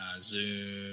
Zoom